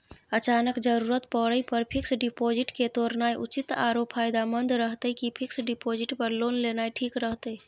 अचानक जरूरत परै पर फीक्स डिपॉजिट के तोरनाय उचित आरो फायदामंद रहतै कि फिक्स डिपॉजिट पर लोन लेनाय ठीक रहतै?